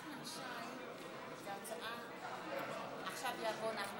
ההצעה להעביר לוועדה